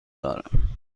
دارم